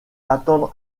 attendre